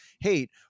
hate